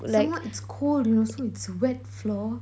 some more is cold you know so it's wet floor